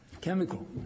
Chemical